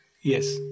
Yes